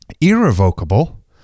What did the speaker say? Irrevocable